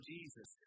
Jesus